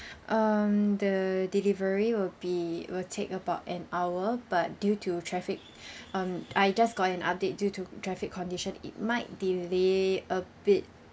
um the delivery will be will take about an hour but due to traffic um I just got an update due to traffic condition it might delay a bit